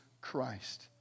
Christ